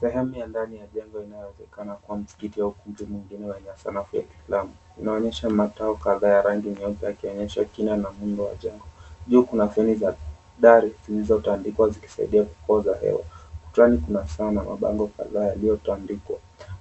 Sehemu ya ndani ya jengo inayowezekana kuwa msikiti au ukumbi mwingine wenye sanafu ya kiisalamu. Inaonyesha mataa kadhaa ya rangi nyeupe yakionyesha kina na muundo wa jengo. Juu kuna feni za dari zilizotandikwa zikisaidia kupoza hewa. Ukutani kuna saa na mabango kadhaa yaliyotandikwa